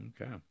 Okay